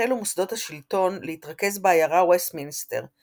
החלו מוסדות השלטון להתרכז בעיירה וסטמינסטר –